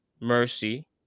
mercy